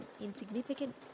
insignificant